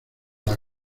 los